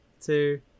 two